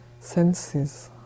senses